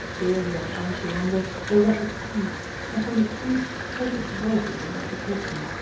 ere he had time to wonder, the racket ceased, and from the street filtered voices in altercation.